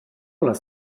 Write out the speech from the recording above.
las